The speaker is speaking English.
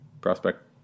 prospect